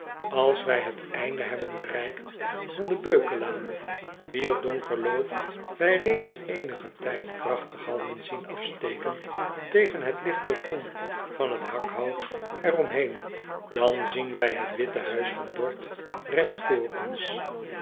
als wij het einde hebben bereikt van de beukenlaan wier donker loof wij reeds eenigen tijd krachtig hadden zien afsteken tegen het ligte groen van het hakhout er om heen dan zien wij het witte huis van dorth regt vr ons